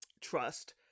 trust